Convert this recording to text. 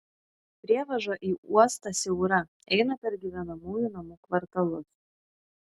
prievaža į uostą siaura eina per gyvenamųjų namų kvartalus